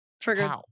trigger